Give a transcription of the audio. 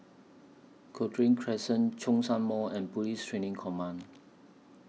Cochrane Crescent Zhongshan Mall and Police Training Command